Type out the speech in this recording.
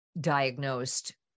Diagnosed